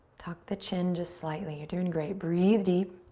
tuck the chin just slightly. you're doing great. breathe deep.